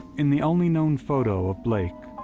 in the only known photo of blake,